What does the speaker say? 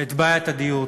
את בעיית הדיור.